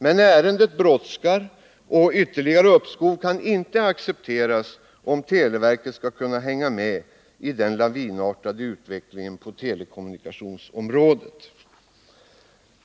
Men ärendet brådskar, och ytterligare uppskov kan inte accepteras om televerket skall kunna hänga med i den lavinartade utvecklingen på telekommunikationsområdet.